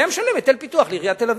והיה משלם היטל פיתוח לעיריית תל-אביב.